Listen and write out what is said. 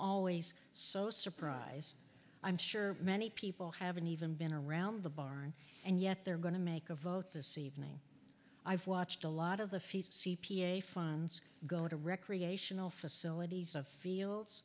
always so surprise i'm sure many people haven't even been around the barn and yet they're going to make a vote this evening i've watched a lot of the feast c p a funds go to recreational facilities of fields